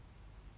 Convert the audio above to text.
mm